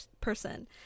person